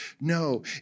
no